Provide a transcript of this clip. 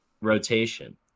rotation